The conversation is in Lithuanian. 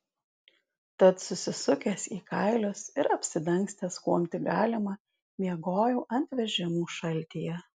tad susisukęs į kailius ir apsidangstęs kuom tik galima miegojau ant vežimų šaltyje